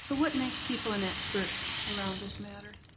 what makes people an expert around this matter?